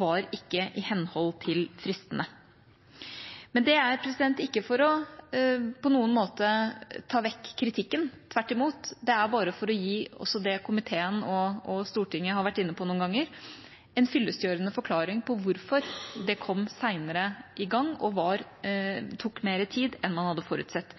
var ikke i henhold til fristene. Dette er ikke for på noen måte å ta vekk kritikken. Tvert imot, det er bare for å gi det komiteen og Stortinget har vært inne på noen ganger – en fyllestgjørende forklaring på hvorfor det kom senere i gang og tok mer tid enn man hadde forutsett.